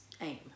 aim